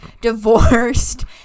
divorced